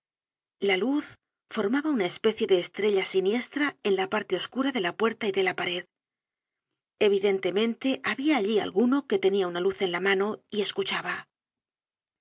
la luz formaba una especie de estrella siniestra en la parte oscura de la puerta y dé la pared evidentemente habia allí alguno que tenia una luz en la mano y escuchaba